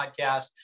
podcast